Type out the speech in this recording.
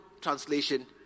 translation